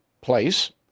place